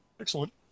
Excellent